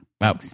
Wow